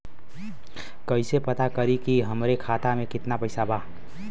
कइसे पता करि कि हमरे खाता मे कितना पैसा बा?